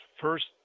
first